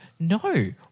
No